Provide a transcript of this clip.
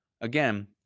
Again